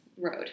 road